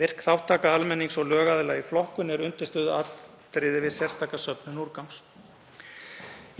Virk þátttaka almennings og lögaðila í flokkun er undirstöðuatriði við sérstaka söfnun úrgangs.